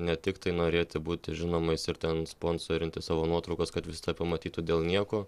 ne tik tai norėti būti žinomais ir ten sponsorinti savo nuotraukas kad visi tave pamatytų dėl nieko